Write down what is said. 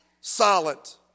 silent